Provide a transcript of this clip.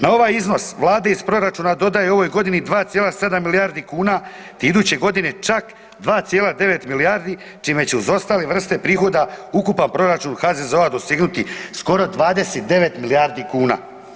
Na ovaj iznos Vlada iz proračuna dodaje u ovoj godini 2,7 milijardi kuna te iduće godine čak 2,9 milijardi, čime će uz ostale vrste prihoda ukupan proračun HZZO-a dosegnuti skoro 29 milijardi kuna.